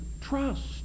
trust